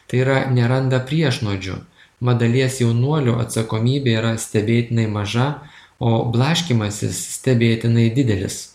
tai yra neranda priešnuodžių mat dalies jaunuolių atsakomybė yra stebėtinai maža o blaškymasis stebėtinai didelis